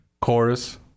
chorus